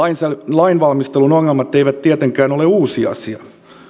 lainvalmistelun ongelmat eivät tietenkään ole uusi asia